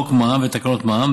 חוק מע"מ ותקנות מע"מ,